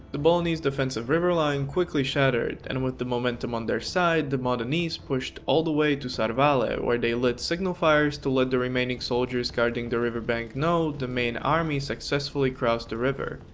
the bolognese defensive river line quickly shattered, and with the momentum on their side the modenese pushed all the way to sort of ah serravalle where they lit signal fires to let the remaining soldiers guarding the river bank know the main army successfully crossed the river.